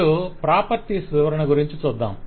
ఇప్పుడు ప్రాపర్టీస్ వివరణ గురించి చూద్దాం